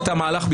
עליונות המחוקק.